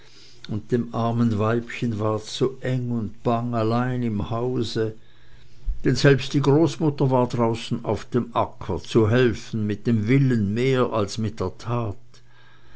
und dem armen weibchen ward so eng und bang allein im hause denn selbst die großmutter war draußen auf dem acker zu helfen mit dem willen mehr als mit der tat